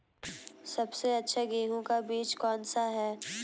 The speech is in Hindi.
सबसे अच्छा गेहूँ का बीज कौन सा है?